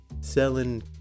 selling